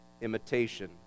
imitation